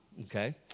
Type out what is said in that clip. okay